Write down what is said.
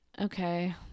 Okay